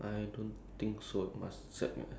ya I think should be can ah but at Ang-Mo-Kio